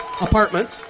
apartments